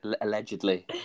allegedly